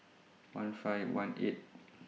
one five one eight